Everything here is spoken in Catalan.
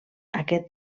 aquest